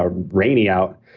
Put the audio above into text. ah rainy out.